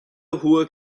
hohe